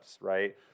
right